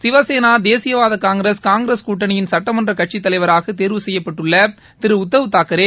சிவசேனா தேசியவாத காங்கிரஸ் காங்கிரஸ் கூட்டணியின் சட்டமன்ற கட்சித் தலைவராக தேர்வு செய்யப்பட்டுள்ள திரு உத்தவ் தாக்ரே